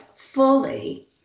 fully